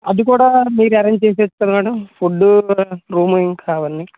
అది కూడా మీరు అరేంజ్ చేసి ఇస్తారా మ్యాడం ఫుడ్ రూమింగ్ అవన్నీ